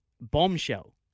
bombshell